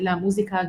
צלילי המוזיקה,